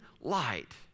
light